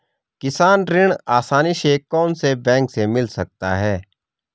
किसान ऋण आसानी से कौनसे बैंक से मिल सकता है?